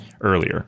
earlier